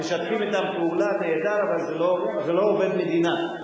משתפים אתם פעולה, נהדר, אבל זה לא עובד מדינה.